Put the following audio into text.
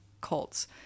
cults